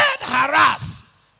harass